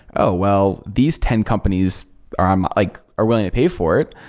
oh, well. these ten companies are um like are willing to pay for it.